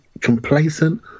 complacent